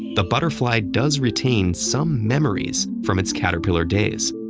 the butterfly does retain some memories from its caterpillar days.